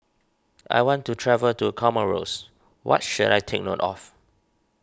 I want to travel to Comoros what should I take note of